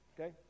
okay